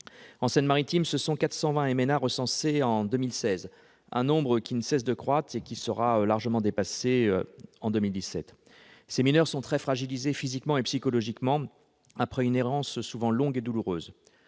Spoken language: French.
non accompagnés qui ont été recensés en 2016, un nombre qui ne cesse de croître et qui devrait être largement dépassé en 2017. Ces mineurs sont très fragilisés physiquement et psychologiquement après une errance souvent longue et douloureuse.